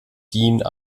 din